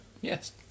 Yes